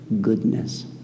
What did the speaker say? goodness